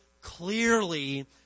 clearly